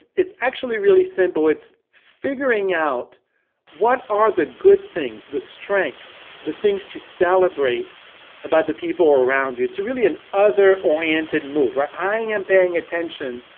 it's actually really simple, it's figuring out what are the good things, the strength, the things to celebrate about the people around you. it's really an other oriented move, where i am paying attention,